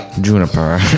Juniper